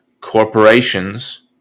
corporations